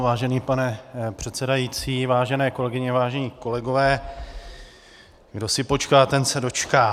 Vážený pane předsedající, vážené kolegyně, vážení kolegové, kdo si počká, ten se dočká.